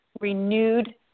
renewed